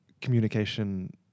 communication